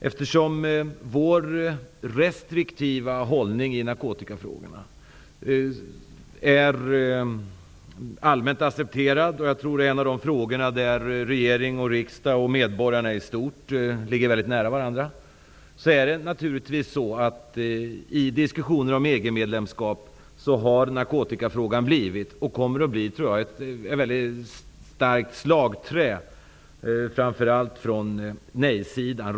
Eftersom vår restriktiva hållning när det gäller narkotikafrågorna är allmänt accepterad -- jag tror att det är en av de frågor där regering, riksdag och medborgarna i stort sett är överens -- har naturligtvis narkotikafrågan i diskussioner om EG medlemskap blivit -- och kommer att bli -- ett starkt slagträ som framför allt kommer att användas av nej-sidan.